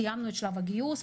סיימנו את שלב הגיוס,